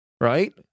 right